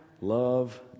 love